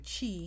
chi